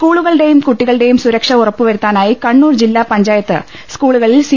സ്കൂളുകളുടെയും കുട്ടികളുടെയും സുരക്ഷ ഉറപ്പുവരുത്താ നായി കണ്ണൂർ ജില്ലാ പഞ്ചായത്ത് സ്കൂളുളുകളിൽ സി